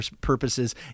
purposes